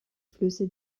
flüsse